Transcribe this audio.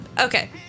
Okay